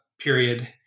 period